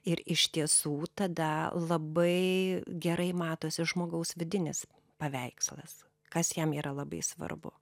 ir iš tiesų tada labai gerai matosi žmogaus vidinis paveikslas kas jam yra labai svarbu